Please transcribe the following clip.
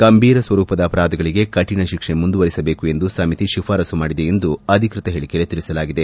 ಗಂಭೀರ ಸ್ವರೂಪದ ಅಪರಾಧಗಳಗೆ ಕಠಿಣ ಕಾಯ್ದೆ ಮುಂದುವರೆಯಬೇಕು ಎಂದು ಸಮಿತಿ ಶಿಫಾರಸು ಮಾಡಿದೆ ಎಂದು ಅಧಿಕೃತ ಹೇಳಿಕೆಯಲ್ಲಿ ತಿಳಿಸಲಾಗಿದೆ